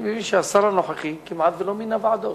אני מבין שהשר הנוכחי כמעט לא מינה ועדות.